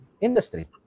industry